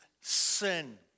sin